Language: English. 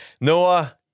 Noah